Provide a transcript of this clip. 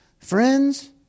friends